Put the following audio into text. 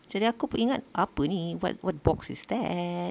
jadi aku ingat apa ni what what box is that